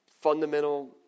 fundamental